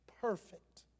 perfect